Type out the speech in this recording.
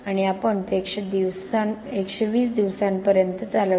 आणि आपणते 120 दिवसांपर्यंत चालवले